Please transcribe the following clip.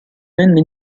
venne